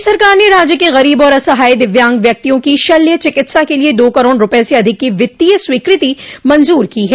प्रदेश सरकार ने राज्य के गरीब और असहाय दिव्यांग व्यक्तियों की शल्य चिकित्सा के लिए दो करोड़ रूपये से अधिक की वित्तीय स्वीकृति मंजूर की है